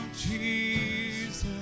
Jesus